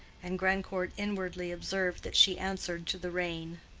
and grandcourt inwardly observed that she answered to the rein.